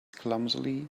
clumsily